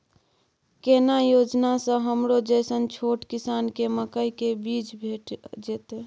केना योजना स हमरो जैसन छोट किसान के मकई के बीज भेट जेतै?